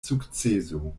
sukceso